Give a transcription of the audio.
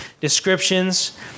descriptions